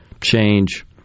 change